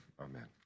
amen